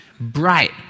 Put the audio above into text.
bright